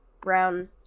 brown